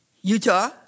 Utah